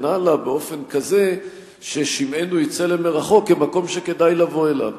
הלאה באופן כזה ששמענו יצא למרחוק כמקום שכדאי לבוא אליו.